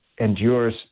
endures